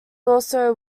also